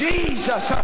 Jesus